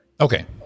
Okay